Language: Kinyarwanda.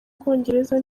bwongereza